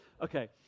Okay